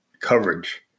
coverage